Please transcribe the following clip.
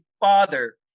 father